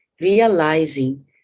realizing